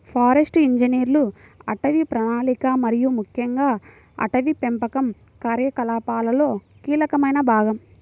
forest ఇంజనీర్లు అటవీ ప్రణాళిక మరియు ముఖ్యంగా అటవీ పెంపకం కార్యకలాపాలలో కీలకమైన భాగం